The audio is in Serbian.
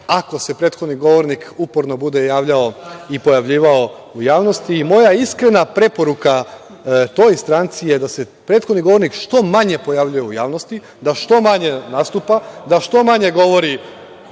ako se prethodni govornik uporno bude javljao i pojavljivao u javnosti. Moja iskrena preporuka toj stranci je da se prethodni govornik što manje pojavljuje u javnosti, da što manje nastupa, da što manje govori